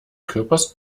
körpers